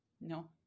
No